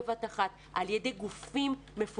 בבת אחת כאשר ההכשרה היא על ידי גופים מפוקחים,